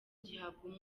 gihabwa